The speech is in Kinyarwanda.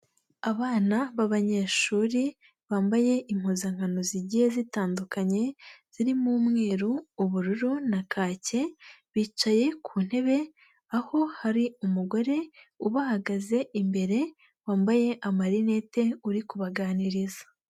Abana b'abanyeshuri bambaye impuzankano zigiye zitandukanye, zirimo umweru, ubururu na kake, bicaye ku ntebe aho hari umugore ubahagaze imbere, wambaye amarinette uri kubaganiriza.